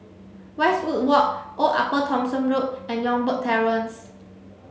Westwood Walk Old Upper Thomson Road and Youngberg Terrace